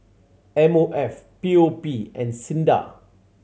M O F P O P and SINDA